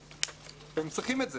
הם צריכים את זה.